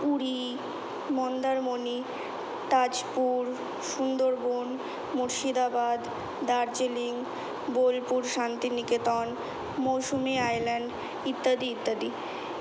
Puri Mandarmani Tajpur Sundarban Murshidabad Darjeeling Bolpur Santiniketan Mousumi Island ইত্যাদি ইত্যাদি